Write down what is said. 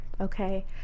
okay